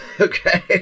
Okay